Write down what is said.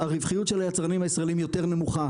הרווחיות של היצרנים הישראלים יותר נמוכה